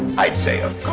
i'd say, of